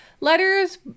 letters